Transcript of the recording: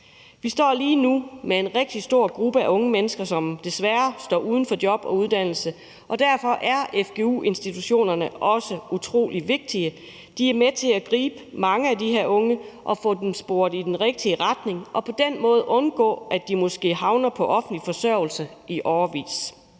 Vi står lige nu med en rigtig stor gruppe unge mennesker, som desværre står uden job og uddannelse, og derfor er fgu-institutionerne også utrolig vigtige. De er med til at gribe mange af de her unge og få sporet dem ind på den rigtig den rigtige vej, så det på den måde kan undgås, at de måske havner på offentlig forsørgelse i årevis.